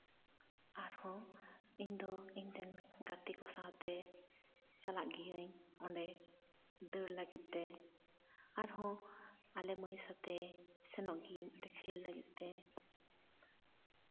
ᱟᱨᱦᱚᱸ ᱤᱧᱫᱚ ᱤᱧ ᱨᱮᱱ ᱜᱟᱛᱮ ᱠᱚ ᱥᱟᱶᱛᱮ ᱪᱟᱞᱟᱜ ᱜᱮᱭᱟᱹᱧ ᱚᱸᱰᱮ ᱫᱟᱹᱲ ᱞᱟᱹᱜᱤᱫ ᱛᱮ ᱟᱨᱦᱚᱸ ᱟᱞᱮ ᱢᱟᱹᱭ ᱥᱟᱛᱮᱜ ᱥᱮᱱᱚᱜ ᱜᱮᱭᱟᱹᱧ ᱢᱤᱫᱴᱮᱱ ᱠᱷᱮᱞ ᱞᱟᱹᱜᱤᱫ ᱛᱮ